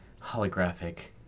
holographic